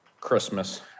Christmas